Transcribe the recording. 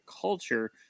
culture